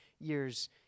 years